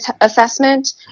assessment